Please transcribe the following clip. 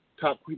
top